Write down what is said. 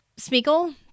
Smeagol